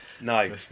No